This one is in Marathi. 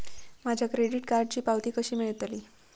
माझ्या क्रेडीट कार्डची पावती कशी मिळतली?